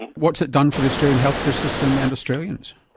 what's it done for the australian healthcare system and australians?